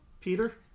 Peter